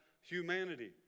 humanity